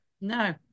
No